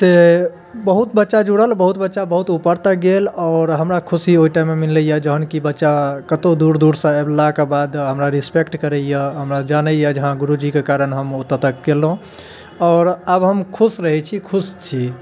से बहुत बच्चा जुड़ल बहुत बच्चा बहुत ऊपर तक गेल आओर हमरा खुशी ओहि टाइममे मिलैए जहन कि बच्चा कतहुँ दूर दूरसँ अयलाकऽ बाद हमरा रिस्पेक्ट करैए हमरा जानैए जे हाँ गुरुजी कऽ कारण हम ओतऽ तक गेलहुँ आओर आब हम खुश रहैत छी खुश छी